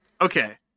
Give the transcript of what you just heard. Okay